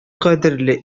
кадерле